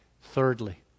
Thirdly